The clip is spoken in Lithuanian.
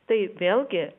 tai vėlgi